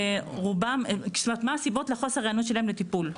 נקודות מה הסיבות לחוסר היענות לטיפול.